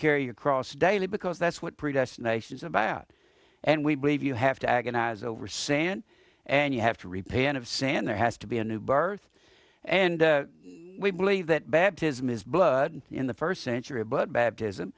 carry your cross daily because that's what predestination is about and we believe you have to agonize over sand and you have to repay and of sand there has to be a new birth and we believe that baptism is blood in the first century but baptism